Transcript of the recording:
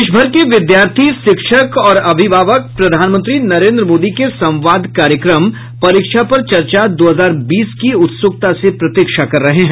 देश भर के विद्यार्थी शिक्षक और अभिभावक प्रधानमंत्री नरेन्द्र मोदी के संवाद कार्यक्रम परीक्षा पर चर्चा दो हजार बीस की उत्सुकता से प्रतीक्षा कर रहे हैं